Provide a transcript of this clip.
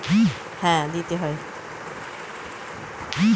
পশুদের লালন পালন করলে ঠিক মতো পুষ্টিকর খাবার দিতে হয়